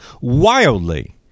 wildly